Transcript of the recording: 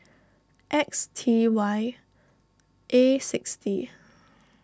X T Y A sixty